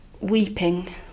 weeping